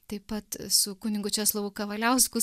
taip pat su kunigu česlovu kavaliausku